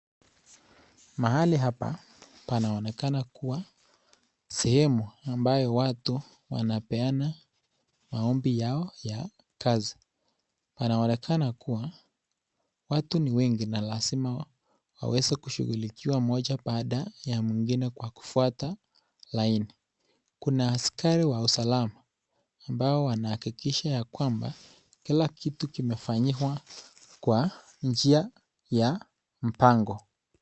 Mahali hapa panaonekana kuwa sehemu ambayo watu wanapeana maombi yao ya kazi. Wanaonekana kuwa watu ni wengi na lazima waweze kushughulikiwa mmoja baada ya mwengine kwa kufuata laini. Kuna askari wa usalama ambao wanahakikisha kwamba kila kitu kimefanyiwa kwa njia ya mpango.